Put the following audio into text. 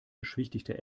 beschwichtigte